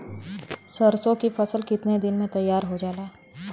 सरसों की फसल कितने दिन में तैयार हो जाला?